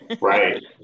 Right